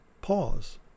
Pause